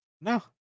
No